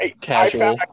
Casual